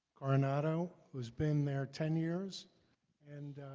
coronado who has been there ten years and